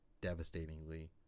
devastatingly